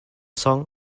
song